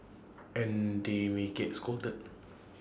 and they may get scolded